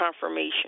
confirmation